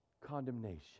condemnation